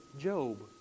Job